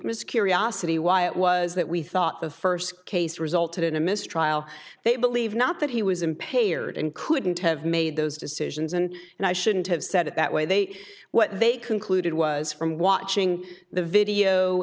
miss curiosity why it was that we thought the first case resulted in a mistrial they believe not that he was impaired and couldn't have made those decisions and and i shouldn't have said it that way what they concluded was from watching the video